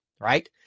right